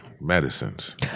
medicines